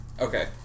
Okay